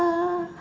uh